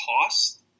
cost